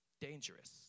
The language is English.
dangerous